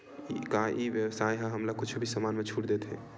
का ई व्यवसाय ह हमला कुछु भी समान मा छुट देथे?